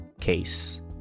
case